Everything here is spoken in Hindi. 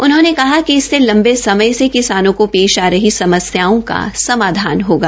उन्होंने कहा कि इससे लंबे समय से किसानों को पेश आ रही समस्याओं का समाधान होगा